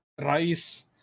Rice